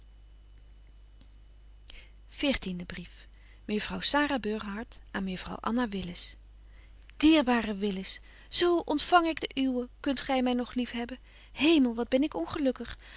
veertiende brief mejuffrouw sara burgerhart aan mejuffrouw anna willis dierbare willis zo ontfang ik den uwen kunt gy my nog lief hebben hemel wat ben ik ongelukkig